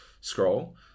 scroll